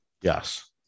Yes